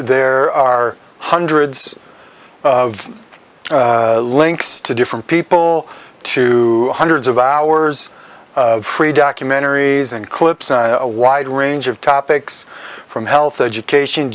there are hundreds of links to different people to hundreds of hours free documentaries and clips a wide range of topics from health education